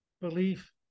belief